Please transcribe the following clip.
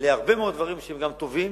להרבה מאוד דברים שהם טובים